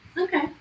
Okay